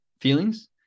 feelings